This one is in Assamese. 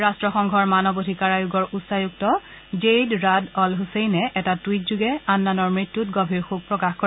ৰাষ্টসংঘৰ মানৱ অধিকাৰ আয়োগৰ উচ্চায়ুক্ত জেইদ ৰাদ অল হুছেইনে এটা টুইট যোগে আন্নানৰ মৃত্যুত গভীৰ শোক প্ৰকাশ কৰে